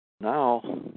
Now